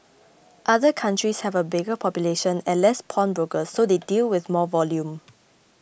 other countries have a bigger population and less pawnbrokers so they deal with more volume